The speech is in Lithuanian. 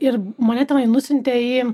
ir mane tenai nusiuntė į